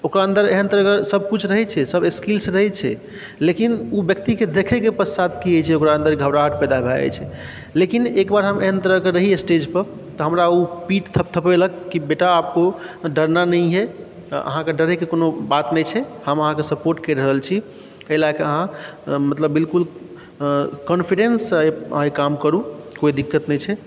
ओकरा अन्दर एहन तरहके सबकिछु रहै छै सब स्किल्स रहै छै लेकिन ओ व्यक्तिके देखैके पश्चात कि होइ छै ओकरा अन्दर घबराहट पैदा भऽ जाइ छै लेकिन एकबेर हम एहन तरहके रही स्टेजपर तऽ हमरा ओ पीठ थपथपेलक कि बेटा आपको डरना नहीं है अहाँकेँ डरैके कोनो बात नहि छै हम अहाँके सपोर्ट करि रहल छी एहि लऽ कऽ अहाँ मतलब बिलकुल कॉन्फिडेन्स सँ अहाँ काम करू कोइ दिक्कत नहि छै